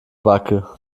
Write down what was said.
backe